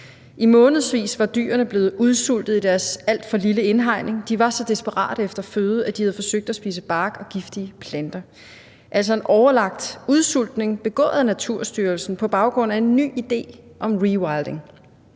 I månedsvis var dyrene blevet udsultet i deres alt for lille indhegning. De var så desperate efter føde, at de havde forsøgt at spise bark og giftige planter, altså var det en overlagt udsultning begået af Naturstyrelsen på baggrund af en ny idé om rewilding.